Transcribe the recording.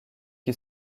qui